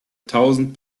tausend